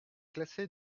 classé